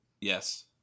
yes